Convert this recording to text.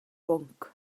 bwnc